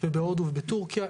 בהודו ובטורקיה,